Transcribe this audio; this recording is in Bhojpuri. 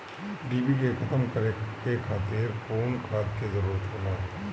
डिभी के खत्म करे खातीर कउन खाद के जरूरत होला?